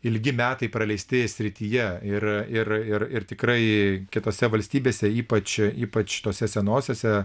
ilgi metai praleisti srityje ir ir ir ir tikrai kitose valstybėse ypač ypač tose senosiose